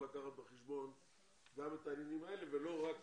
לקחת בחשבון גם את העניינים האלה ולא רק